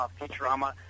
Futurama